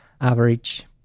average